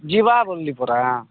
ଯିବା ବୋଲିଲି ପରା